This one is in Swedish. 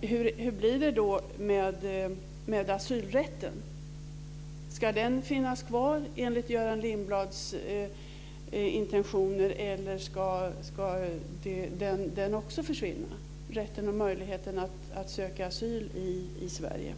Hur blir det då med asylrätten? Ska den finnas kvar enligt Göran Lindblads intentioner, eller ska rätten och möjligheten att söka asyl i Sverige